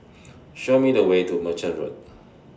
Show Me The Way to Merchant Road